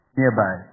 nearby